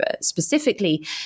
specifically